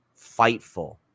Fightful